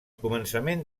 començament